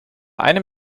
einem